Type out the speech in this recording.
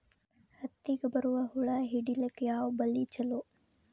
ಹತ್ತಿಗ ಬರುವ ಹುಳ ಹಿಡೀಲಿಕ ಯಾವ ಬಲಿ ಚಲೋ?